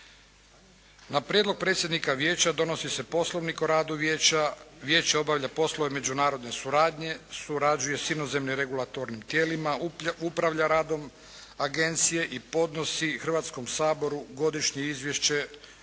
Na prijedlog predsjednika Vijeća donosi se Poslovnik o radu vijeća. Vijeće obavlja poslove međunarodne suradnje. Surađuje s inozemnim regulatornim tijelima. Upravlja radom agencije i podnosi Hrvatskom saboru godišnje izvješće o